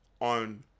on